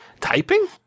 typing